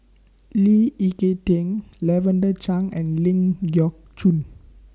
Lee Ek Tieng Lavender Chang and Ling Geok Choon